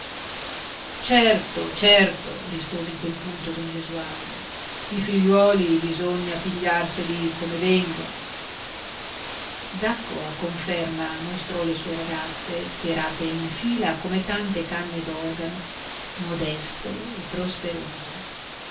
certo certo rispose in quel punto don gesualdo i figliuoli bisogna pigliarseli come vengono zacco a conferma mostrò le sue ragazze schierate in fila come tante canne d'organo modeste e prosperose